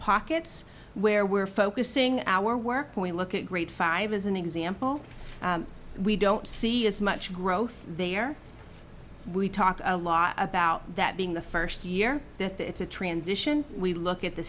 pockets where we're focusing our work point look at great five as an example we don't see as much growth there we talked a lot about that being the first year that it's a transition we look at the